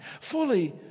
Fully